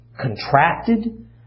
contracted